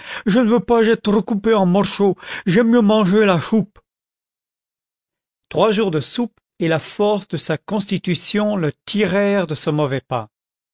je ne veux pas être coupé en morcheaux j'aime mieux manger la choupe trois jours de soupe et la force de sa constitution le tirèrent de ce mauvais pas